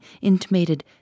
intimated